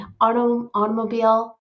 automobile